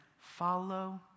follow